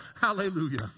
Hallelujah